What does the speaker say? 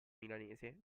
milanese